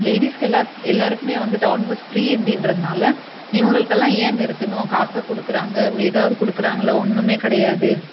லேடிஸ்க்கெல்லாம் எல்லாேருக்குமே வந்து town bus free அப்படின்றதுனால இவங்களுக்கெல்லாம் ஏன் நிறுத்துணும் காசா கொடுக்குறாங்க ஏதாவது கொடுக்குறாங்களா ஒன்றுமே கிடையாது